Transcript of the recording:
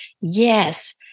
Yes